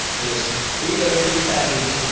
just, here you go, here's your package.